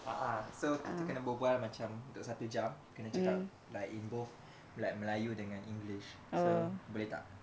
a'ah so kita kena bual bual macam untuk satu jam kena cakap like in both like melayu dengan english so boleh tak